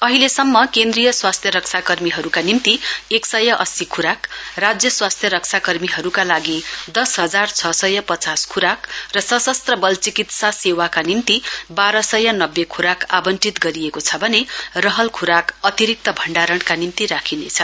अहिलेसम्म केन्द्रीय स्वास्थ्य रक्षा कर्मीहरूका निम्ति एक सय अस्सी खोराक राज्य स्वास्थ्य रक्षा कर्मीहरूका लागि दस हजार छ सय पचास खोराक र सशस्त्र बल चिकित्सा सेवाका निम्ति बाह्र सय नब्बे खोराक आवंटित गरिएको छ भने रहल खोराक अतिरिक्त भण्डारणका निम्ति राखिनेछ